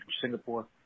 Singapore